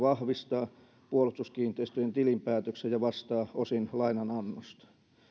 vahvistaa puolustuskiinteistöjen tilinpäätöksen ja vastaa osin lainan annosta